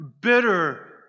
bitter